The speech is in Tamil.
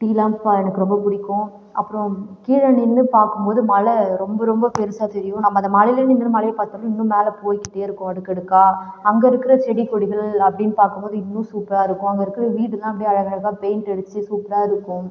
டீலாம் பா எனக்கு ரொம்ப பிடிக்கும் அப்புறம் கீழே நின்று பார்க்கும் போது மலை ரொம்ப ரொம்ப பெருசாக தெரியும் நம்ம அந்த மலையிலேயே நின்றுட்டு மலையை பார்த்தோம்னா இன்னும் மேலே போய் கிட்டே இருக்கும் அடுக்கடுக்காக அங்கே இருக்கிற செடி கொடிகள் அப்படின்னு பார்க்கும் போது இன்னும் சூப்பராக இருக்கும் அங்கே இருக்கிற வீடுலாம் அப்படியே அழகழகாக பெயிண்டடிச்சு சூப்பராக இருக்கும்